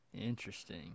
interesting